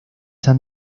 han